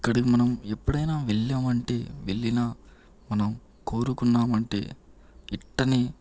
ఇక్కడికి మనం ఎప్పుడైనా వెళ్ళామంటే వెళ్లినా మనం కోరుకున్నామంటే ఇట్టనే